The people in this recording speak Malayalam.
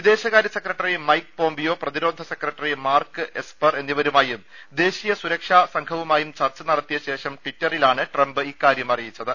വിദേശകാര്യ സെക്രട്ടറി മൈക്ക് പോംപിയോ പ്രതിരോധ സെക്രട്ടറി മാർക്ക് എസ്പർ എന്നിവരുമായും ദേശീയ സുരക്ഷാ സംഘവുമായും ചർച്ച നടത്തിയ ശേഷം ട്വിറ്ററിലാണ് ട്രംപ് ഇക്കാര്യം അറിയിച്ചത്